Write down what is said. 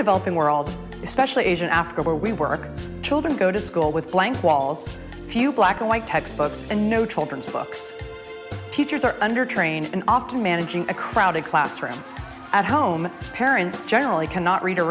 developing world especially asia africa where we work children go to school with blank walls few black and white textbooks and no children's books teachers are under trained and often managing a crowded classrooms at home parents generally cannot read or